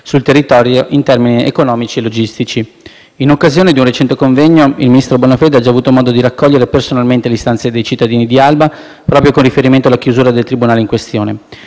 sul territorio in termini economici e logistici. In occasione di un recente convegno, il ministro Bonafede ha già avuto modo di raccogliere personalmente le istanze dei cittadini di Alba, proprio con riferimento alla chiusura del tribunale in questione.